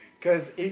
Cause